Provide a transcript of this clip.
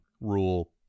rule